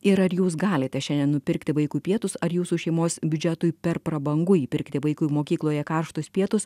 ir ar jūs galite šiandien nupirkti vaikui pietus ar jūsų šeimos biudžetui per prabangu įpirkti vaikui mokykloje karštus pietus